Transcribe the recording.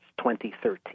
2013